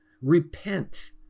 Repent